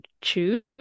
choose